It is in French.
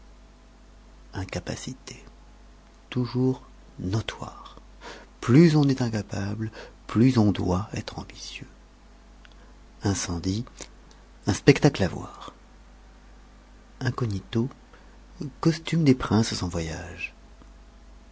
incapacité toujours notoire plus on est incapable plus on doit être ambitieux incendie un spectacle à voir incognito costumes des princes en voyage